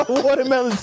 watermelon